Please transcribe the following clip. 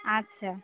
আচ্ছা